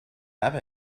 have